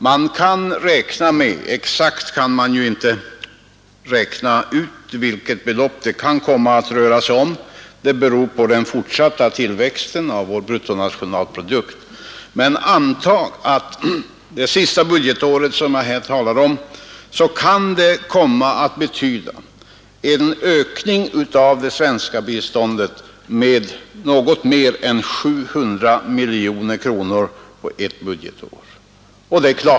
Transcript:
Man kan inte exakt räkna ut vilket belopp det kommer att röra sig om — det beror på den fortsatta tillväxten av vår bruttonationalprodukt — men låt oss anta att det för det sista budgetår som jag här talar om kan betyda en ökning av det svenska biståndet med något mer än 700 miljoner på ett budgetår.